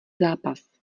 zápas